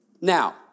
Now